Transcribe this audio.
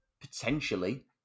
potentially